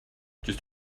just